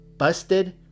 Busted